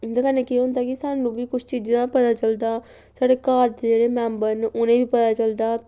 इं'दे कन्नै केह् होंदा कि सानूं बी कुछ चीजें दा पता चलदा साढ़े घर दे जेह्ड़े मैंबर न उ'नें गी बी पता चलदा